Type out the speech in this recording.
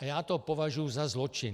Já to považuji za zločin.